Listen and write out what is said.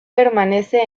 permanece